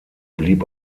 blieb